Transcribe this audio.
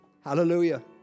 Hallelujah